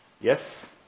Yes